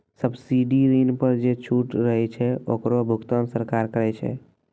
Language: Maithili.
सब्सिडी ऋण पर जे छूट रहै छै ओकरो भुगतान सरकार करै छै